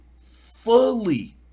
fully